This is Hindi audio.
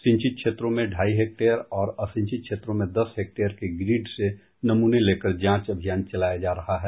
सिंचित क्षेत्रों में ढाई हेक्टेयर और असिंचित क्षेत्रों में दस हेक्टेयर के ग्रिड से नमूने लेकर जांच अभियान चलाया जा रहा है